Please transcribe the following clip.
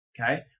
Okay